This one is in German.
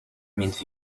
mit